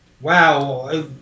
Wow